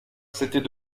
c’était